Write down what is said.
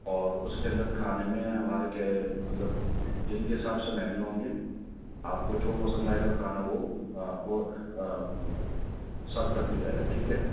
اور اس کے اندر کھانے میں ہمارے کیا ہے مطلب دن کے حساب سے مینیو ہوں گے آپ کو جو پسند آئے گا کھانا وہ آپ کو سرو کر دیا جائے گا ٹھیک ہے